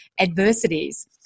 adversities